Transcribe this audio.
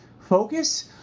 focus